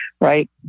right